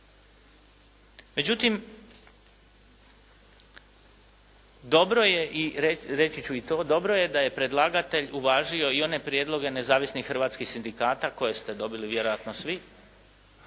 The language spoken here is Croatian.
Međutim dobro je i reći ću i to, dobro je da je predlagatelj uvažio i one prijedloge nezavisnih hrvatskih sindikata koje ste dobili vjerojatno svi